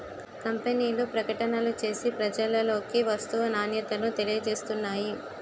కంపెనీలు ప్రకటనలు చేసి ప్రజలలోకి వస్తువు నాణ్యతను తెలియజేస్తున్నాయి